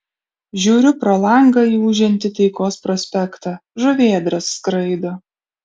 žiūriu pro langą į ūžiantį taikos prospektą žuvėdros skraido